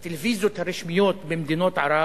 הטלוויזיות הרשמיות במדינות ערב